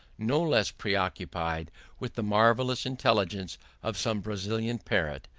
no less preoccupied with the marvellous intelligence of some brazilian parrot,